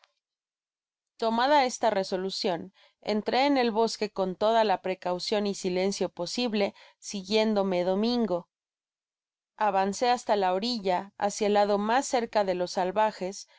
tomada esta resolucion entre en el bosque con toda la precaucion y silencio posible siguiéndome domingo avancé hasta la orilla hácia el lado mas cerca de los saltajes